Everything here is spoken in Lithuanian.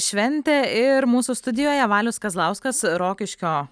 šventę ir mūsų studijoje valius kazlauskas rokiškio